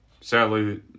sadly